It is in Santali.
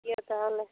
ᱴᱷᱤᱠ ᱜᱮᱭᱟ ᱛᱟᱦᱚᱞᱮ